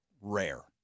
rare